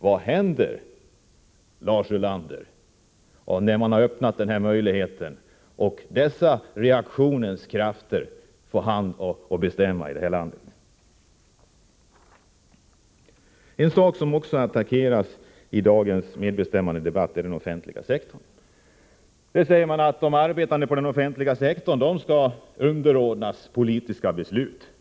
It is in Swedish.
Vad händer, Lars Ulander, om den möjligheten öppnas och dessa reaktionära krafter får bestämma i landet? En sak som också attackeras i dagens MBL-debatt är den offentliga sektorn. Det sägs att de arbetande på den offentliga sektorn skall underordnas politiska beslut.